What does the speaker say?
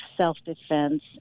self-defense